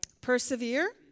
Persevere